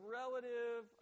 relative